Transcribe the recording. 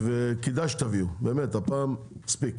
כדאי שתביאו, באמת, הפעם מספיק,